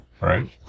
right